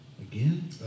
Again